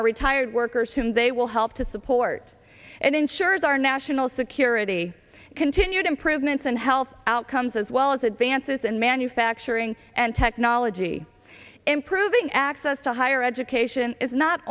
our retired workers whom they will help to support and ensures our national security continued improvements in health outcomes as well as advances in manufacturing and technology improving access to higher education is not